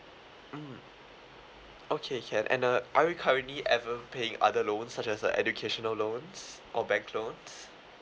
mm okay can and uh are you currently ever paying other loans such as a educational loans or bank loans